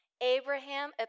Abraham